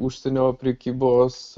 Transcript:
užsienio prekybos